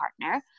partner